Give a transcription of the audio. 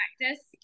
practice